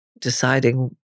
deciding